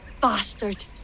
Bastard